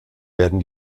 werden